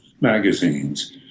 magazines